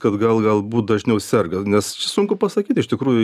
kad gal galbūt dažniau serga nes sunku pasakyti iš tikrųjų